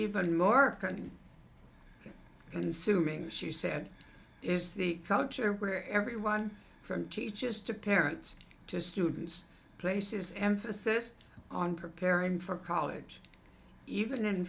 consuming she said is the culture where everyone from teachers to parents to students places emphasis on preparing for college even in